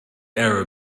error